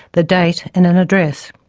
the date and an address.